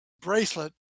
bracelet